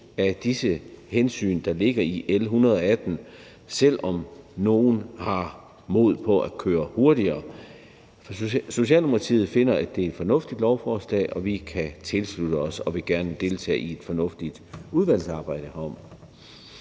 af disse hensyn, der ligger i L 118, selv om nogle har mod på at køre hurtigere. Socialdemokratiet finder, at det er et fornuftigt lovforslag, og vi kan tilslutte os og vil gerne deltage i et fornuftigt udvalgsarbejde herom.